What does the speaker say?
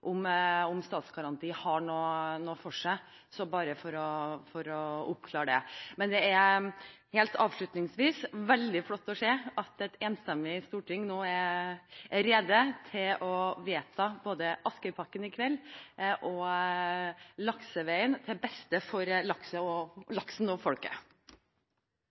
om statsgaranti har noe for seg – bare for å oppklare det. Det er – helt avslutningsvis – veldig flott å se at et enstemmig storting i kveld er rede til å vedta både Askøypakken og lakseveien, til beste for laksen og folket.